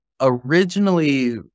originally